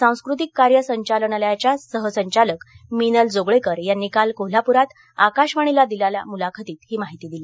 सांस्कृतिक कार्य संचालनालयाच्या सहसंचालक मीनल जोगळेकर यांनी काल कोल्हापुरात आकाशवाणीला दिलेल्या मुलाखतीमध्ये ही माहिती दिली